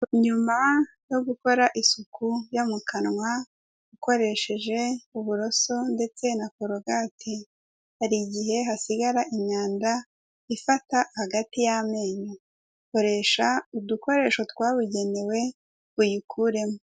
Nyuma yo gukora isuku yo mu kanwa ukoresheje uburoso ndetse na korogate, hari igihe hasigara imyanda ifata hagati y'amenyo, koresha udukoresho twabugenewe uyikuremo.